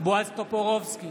בועז טופורובסקי,